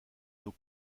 nos